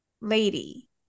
lady